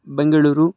Bengaluru